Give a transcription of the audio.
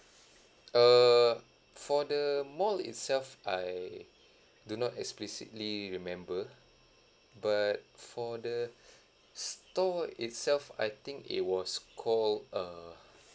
err for the mall itself I do not explicitly remember but for the store itself I think it was called uh